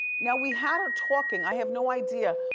now we had her talking, i have no idea,